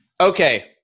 Okay